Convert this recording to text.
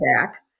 back